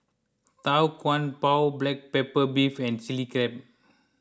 Tau Kwa Pau Black Pepper Beef and Chili Crab